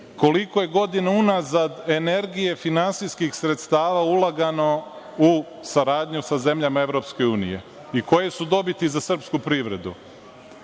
koliko je godina unazad energije, finansijskih sredstava, ulagano u saradnju sa zemljama EU i koje su dobiti za srpsku privredu?